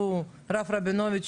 הרב רבינוביץ',